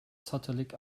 zottelig